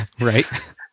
right